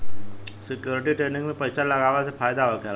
security trading में पइसा लगावला से फायदा होखेला